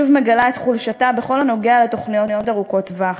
שוב מגלה את חולשתה בכל הנוגע לתוכניות ארוכות טווח,